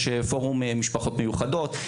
יש פורום משפחות מיוחדות,